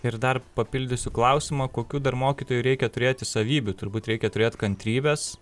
ir dar papildysiu klausimą kokių dar mokytojų reikia turėti savybių turbūt reikia turėt kantrybės